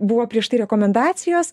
buvo prieš tai rekomendacijos